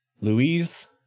Louise